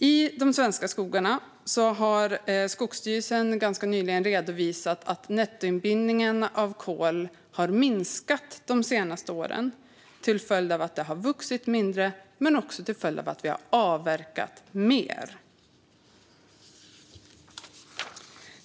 I de svenska skogarna har Skogsstyrelsen ganska nyligen redovisat att nettoinbindningen av kol har minskat de senaste åren, vilket beror på att det har vuxit mindre men också att vi har avverkat mer.